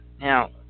Now